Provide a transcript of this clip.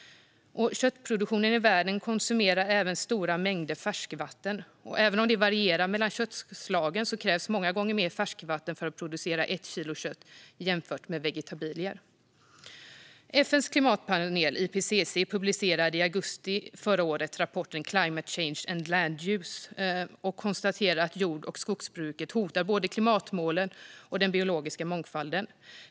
Köttproduktionen i världen konsumerar dessutom stora mängder färskvatten. Även om det varierar mellan olika köttslag krävs många gånger mer färskvatten för att producera ett kilo kött jämfört med vegetabilier. FN:s klimatpanel IPCC publicerade i augusti förra året rapporten Climate Change and Land . I rapporten konstateras att jord och skogsbruket hotar både klimatmålen och den biologiska mångfalden.